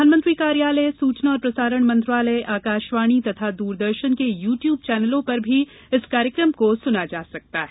प्रधानमंत्री कार्यालय सूचना और प्रसारण मंत्रालय आकाशवाणी तथा दूरदर्शन के यूट्यूब चैनलों पर भी इस कार्यक्रम को सुना जा सकता है